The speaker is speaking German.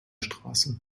straße